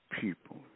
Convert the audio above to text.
people